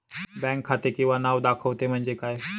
Bank खाते किंवा नाव दाखवते म्हणजे काय?